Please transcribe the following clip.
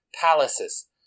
palaces